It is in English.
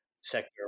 sector